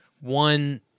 one